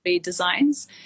designs